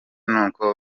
n’uko